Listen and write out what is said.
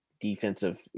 defensive